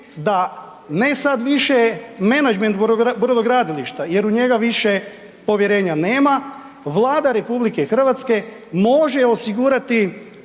da, ne sad više menadžment brodogradilišta, jer u njega više povjerenja nema, Vlada RH može osigurati